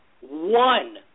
one